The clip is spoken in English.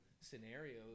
scenarios